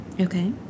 okay